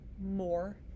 more